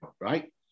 right